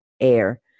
air